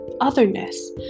otherness